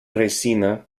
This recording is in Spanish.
resina